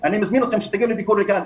אני מזמין אתכם שתגיעו לביקור כאן.